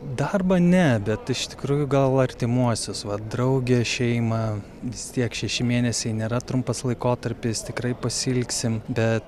darbą ne bet iš tikrųjų gal artimuosius va draugę šeimą vis tiek šeši mėnesiai nėra trumpas laikotarpis tikrai pasiilgsim bet